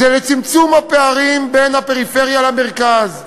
זה לצמצום הפערים בין הפריפריה למרכז.